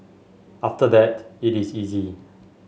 after that it is easy